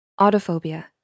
autophobia